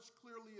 clearly